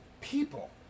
people